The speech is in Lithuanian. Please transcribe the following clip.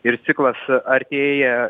ir ciklas artėja